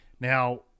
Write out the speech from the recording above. Now